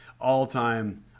all-time